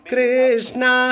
Krishna